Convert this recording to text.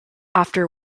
after